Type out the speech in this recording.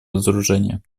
разоружения